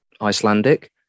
Icelandic